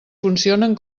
funcionen